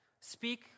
Speak